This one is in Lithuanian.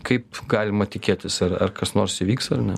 kaip galima tikėtis ar ar kas nors įvyks ar ne